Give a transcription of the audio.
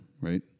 right